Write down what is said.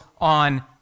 on